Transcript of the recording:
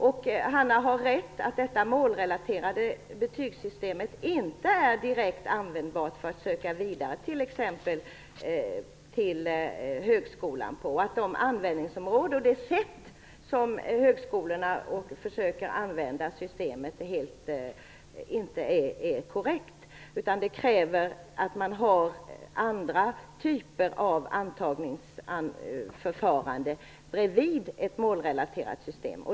Hanna Zetterberg har rätt i att det målrelaterade betygssystemet inte är direkt användbart för att söka vidare till t.ex. högskolan. Det sätt på vilket högskolorna försöker använda systemet är inte korrekt. Det krävs andra typer av antagningsförfaranden bredvid ett målrelaterat system.